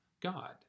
God